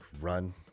run